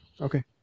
Okay